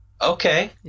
Okay